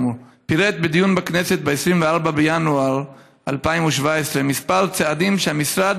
פירט בדיון בכנסת ב-24 בינואר 2017 כמה צעדים שהמשרד